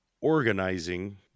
organizing